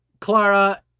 Clara